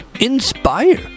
inspire